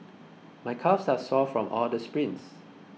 my calves are sore from all the sprints